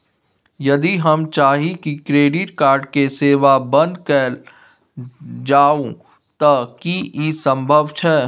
यदि हम चाही की क्रेडिट कार्ड के सेवा बंद कैल जाऊ त की इ संभव छै?